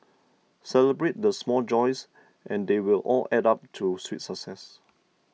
celebrate the small joys and they will all add up to sweet success